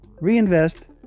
reinvest